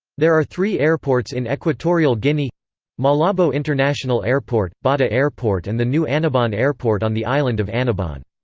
there are three airports in equatorial guinea malabo international airport, bata airport and the new annobon airport on the island of annobon.